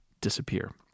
disappear